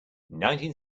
nineteen